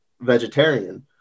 vegetarian